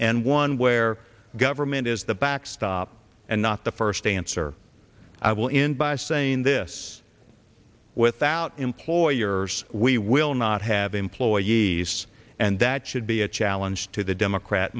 and one where government is the backstop and not the first answer i will end by saying this without employers we will not have employees and that should be a challenge to the democrat